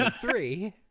three